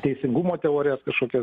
teisingumo teorijas kažkokias